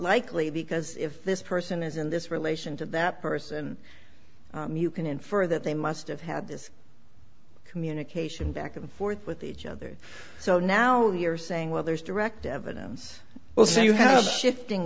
likely because if this person is in this relation to that person you can infer that they must have had this communication back and forth with each other so now you're saying well there's direct evidence well so you have shifting